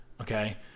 okay